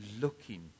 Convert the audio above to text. looking